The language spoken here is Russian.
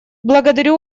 благодарю